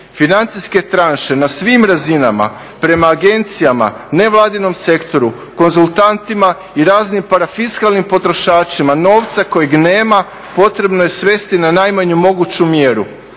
financijske tranše na svim razinama, prema agencijama, nevladinom sektoru, konzultantima i raznim parafiskalnim potrošačima novca kojeg nema potrebno je svesti na najmanju moguću mjeru.